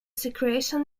secretion